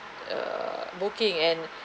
err booking and